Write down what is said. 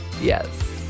Yes